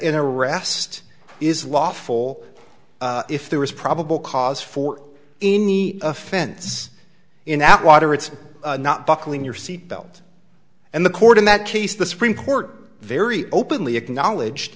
in a rest is lawful if there is probable cause for any offense in atwater it's not buckling your seat belt and the court in that case the supreme court very openly acknowledged